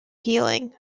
healing